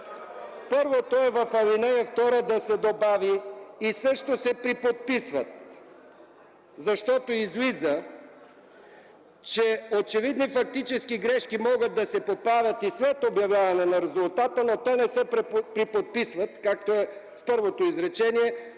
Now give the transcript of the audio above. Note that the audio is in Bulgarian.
Първото е в ал. 2 да се добави: „и също се приподписват”. Излиза, че очевидни фактически грешки могат да се поправят и след обявяване на резултата, но те не се приподписват, както е в първото изречение